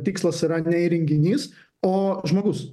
tikslas yra ne įrenginys o žmogus